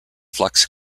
flux